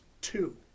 two